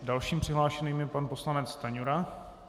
Dalším přihlášeným je pan poslanec Stanjura.